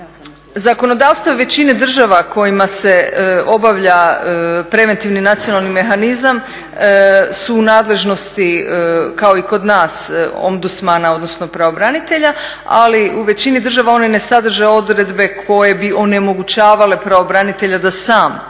Zakonodavstvo većine država kojima se obavlja preventivni nacionalni mehanizam su u nadležnosti kao i kod nas ombudsmana odnosno pravobranitelja ali u većini država oni ne sadrže odredbe koje bi onemogućavale pravobranitelja da sam